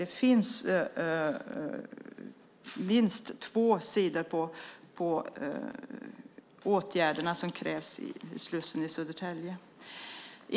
Det finns minst två sidor när det gäller de åtgärder som krävs för slussen i Södertälje.